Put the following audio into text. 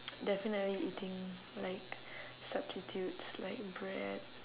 definitely eating like substitutes like bread